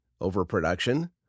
overproduction